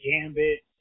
Gambit